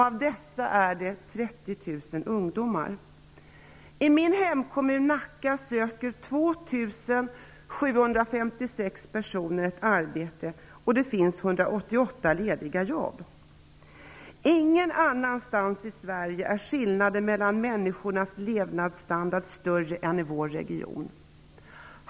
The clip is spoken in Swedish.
Av dessa är 30 000 ungdomar. I min hemkommun Nacka söker 2 756 personer arbete, och det finns 188 lediga jobb. Ingen annanstans i Sverige är skillnaden mellan människornas levnadsstandard större än i vår region.